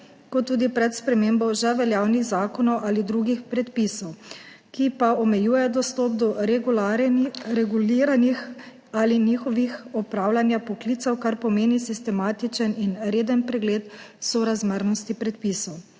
kot tudi pred spremembo že veljavnih zakonov ali drugih predpisov, ki pa omejujejo dostop do reguliranih poklicev, kar pomeni sistematičen in reden pregled sorazmernosti predpisov.